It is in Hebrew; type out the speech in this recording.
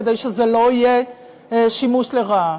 כדי שלא יהיה שימוש לרעה.